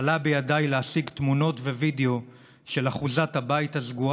עלה בידי להשיג תמונות וידיאו של אחוזת הבית הסגורה